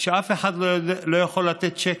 שאף אחד לא יכול לתת צ'קים,